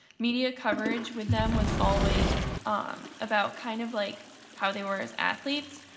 media coverage with them was always um about kind of like how they were as athletes.